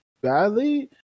badly